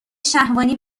شهوانی